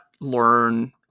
learn